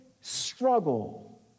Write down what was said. struggle